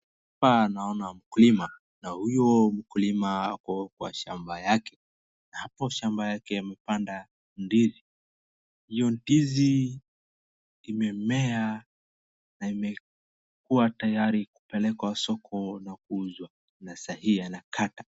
Hapa naoana mkulima na huyo mkulima ako kwa shamba yake. Hapo shamba yake amepanda ndizi. Hiyo ndizi imemea na imekuwa tayari kupelekwa soko na kuuzwa na sahii anakata.